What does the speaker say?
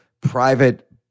private